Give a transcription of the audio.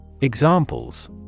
Examples